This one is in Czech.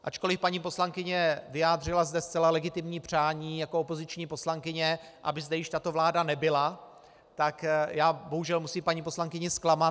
Ačkoliv paní poslankyně vyjádřila zde zcela legitimní přání jako opoziční poslankyně, aby zde již tato vláda nebyla, tak bohužel musím paní poslankyni zklamat.